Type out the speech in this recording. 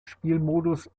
spielmodus